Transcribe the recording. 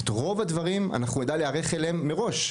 לרוב הדברים אנחנו נדע להיערך מראש.